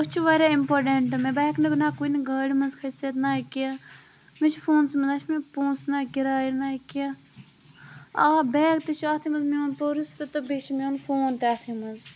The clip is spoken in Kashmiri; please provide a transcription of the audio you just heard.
أسۍ چھِ واریاہ اِمپاٹَنٛٹ مےٚ بہٕ ہیٚکہٕ نہٕ نہَ کُنہِ گاڑِ مَنٛز کھٔسِتھ نہَ کینٛہہ مےٚ چھُ فونسٕے مَنٛز نہَ چھُ مےٚ پونٛسہِ نہَ کِرایہِ نہَ کینٛہہ آ بیگ تہِ چھُ اَتھی مَنٛز میون پٔرٕس تہِ تہٕ بیٚیہِ چھُ میون فون تہِ اَتھی مَنٛز